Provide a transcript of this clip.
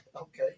Okay